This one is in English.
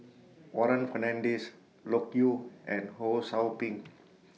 Warren Fernandez Loke Yew and Ho SOU Ping